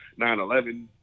9-11